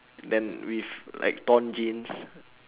then with like torn jeans